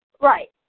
Right